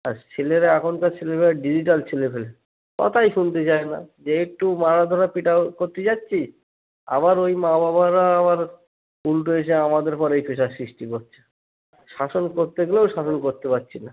আর ছেলেরা এখনকার ছেলে মেয়েরা ডিজিটাল ছেলে ফেলে কথাই শুনতে চায় না যে একটু মারা ধরা পেটাও করতে যাচ্ছি আবার ওই মা বাবারা আবার উলটো এসে আমাদের উপরেই প্রেশার সৃষ্টি করছে শাসন করতে গেলেও শাসন করতে পারছি না